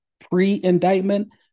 pre-indictment